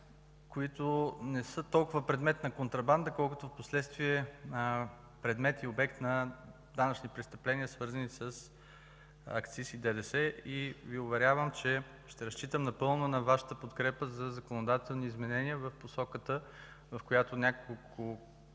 които не са толкова предмет на контрабанда, колкото впоследствие предмет и обект на данъчни престъпления, свързани с акциз и ДДС. И Ви уверявам, че ще разчитам напълно на Вашата подкрепа за законодателни изменения в посоката, в която няколко